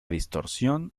distorsión